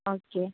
okay